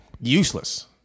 useless